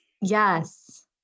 Yes